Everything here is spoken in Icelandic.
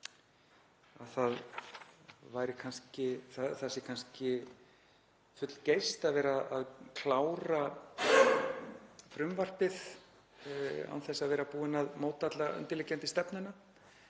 Landverndar, að það sé kannski fullgeyst að vera að klára frumvarpið án þess að vera búin að móta alla undirliggjandi stefnu.